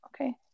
okay